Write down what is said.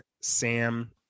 Sam